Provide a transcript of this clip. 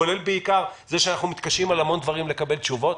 כולל בעיקר זה שאנחנו מתקשים על המון דברים לקבל תשובות,